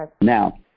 now